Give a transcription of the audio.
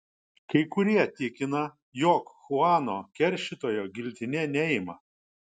kai kurie tikina jog chuano keršytojo giltinė neima